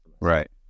Right